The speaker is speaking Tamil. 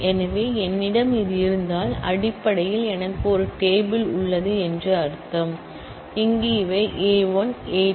எனவே என்னிடம் இது இருந்தால் அடிப்படையில் எனக்கு ஒரு டேபிள் உள்ளது என்று அர்த்தம் இங்கு இவை A1A2An போன்றவை காலம்ன்